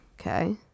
Okay